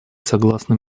согласно